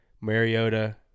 Mariota